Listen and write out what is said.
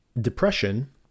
depression